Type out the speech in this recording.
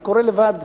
זה קורה מעצמו,